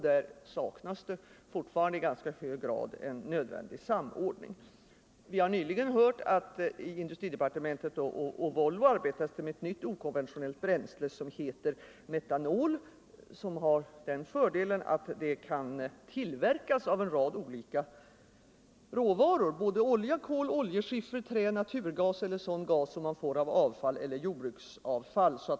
Där saknas det fortfarande i ganska hög grad en nödvändig samordning. Vi har nyligen hört att industridepartementet och Volvo arbetar på ett nytt okonventionellt bränsle, nämligen metanol. Metanol har den fördelen att det kan tillverkas av en rad olika råvaror —- olja, kol, oljeskiffer, trä, naturgas eller gas tillverkad på avfall eller jordbruksavfall.